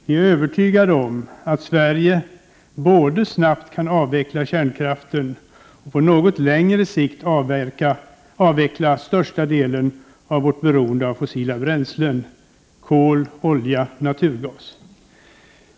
Vi är övertygade om att Sverige kan både snabbt avveckla kärnkraften och på något längre sikt avveckla största delen av vårt beroende av fossila bränslen: kol, olja och naturgas.